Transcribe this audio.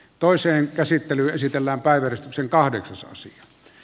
toiseen käsittelyyn esitellään kai virtasen kahdeksas sija